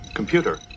Computer